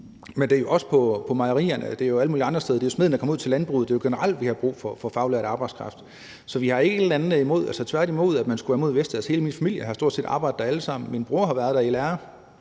men det er jo også på mejerierne og alle mulige andre steder. Det er smeden, der kommer ud til landbruget. Det er jo generelt, vi har brug for faglært arbejdskraft. Så vi har ikke et eller andet imod Vestas; tværtimod har hele min familie stort set arbejdet der alle sammen. Min bror har været i lære